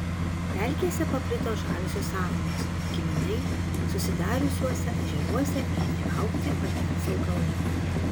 pelkėse paplito žaliosios samanos kiminai susidariusiuose ežeruose ėmė augti vandens augalai